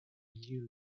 year